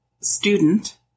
student